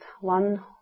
one